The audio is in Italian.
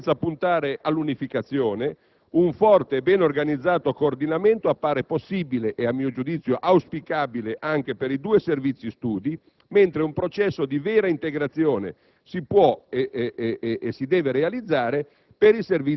Pur senza puntare all'unificazione, un forte e ben organizzato coordinamento appare possibile e, a mio giudizio, auspicabile anche per i due Servizi studi; mentre un processo di vera integrazione si può e si deve realizzare